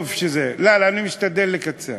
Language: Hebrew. אני משתדל לקצר.